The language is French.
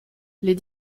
les